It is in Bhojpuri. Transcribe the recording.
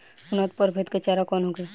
उन्नत प्रभेद के चारा कौन होखे?